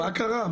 מה קרה,